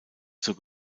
zur